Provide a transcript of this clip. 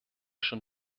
schon